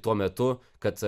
tuo metu kad